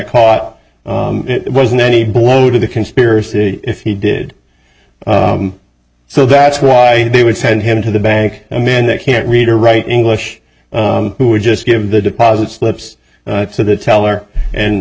caught it wasn't any blow to the conspiracy if he did so that's why they would send him to the bank and then they can't read or write english who would just give the deposit slips to the teller and